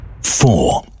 Four